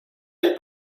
del